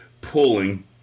pulling